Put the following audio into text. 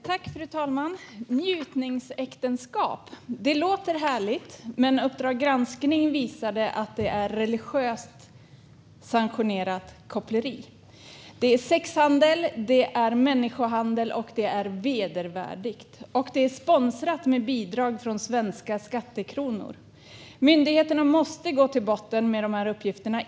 Fru talman! Njutningsäktenskap låter härligt. Men Uppdrag granskning visade att det är religiöst sanktionerat koppleri. Det är sexhandel, det är människohandel och det är vedervärdigt. Det är också sponsrat med bidrag från svenska skattekronor. Myndigheterna måste gå till botten med de här uppgifterna.